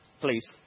Please